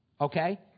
Okay